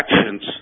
actions